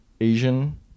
asian